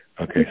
Okay